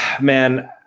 man